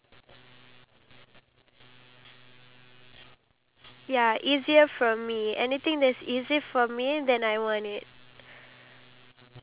ya but at the end of the day I just feel like it's no use you already gave birth to five kittens and only now you being sterilised so